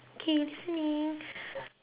okay listening